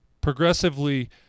progressively